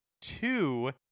two